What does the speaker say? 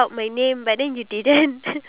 I see